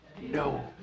no